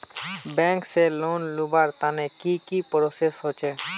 Bank से loan लुबार तने की की प्रोसेस होचे?